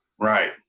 Right